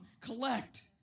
collect